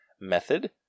method